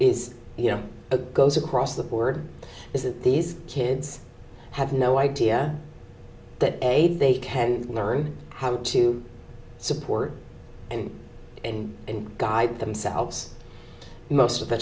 is you know goes across the board is that these kids have no idea that a they can learn how to support and in and guide themselves most of the